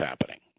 happening